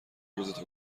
روزتو